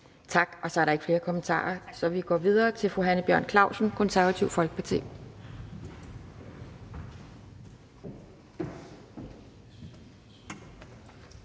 Tak. Så er der ikke flere kommentarer. Vi går videre til fru Hanne Bjørn-Klausen, Konservative Folkeparti.